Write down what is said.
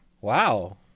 Wow